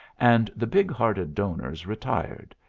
and the big-hearted donors retired,